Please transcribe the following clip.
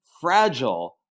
fragile